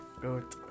good